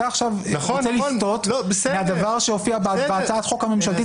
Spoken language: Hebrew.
אתה עכשיו רוצה לסטות מהדבר שהופיע בהצעת החוק הממשלתית